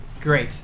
Great